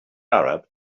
arab